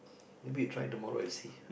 maybe you try tomorrow and see